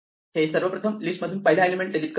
हे सर्वप्रथम लिस्ट मधून पहिला एलिमेंट डिलीट करणे